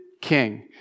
king